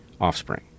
offspring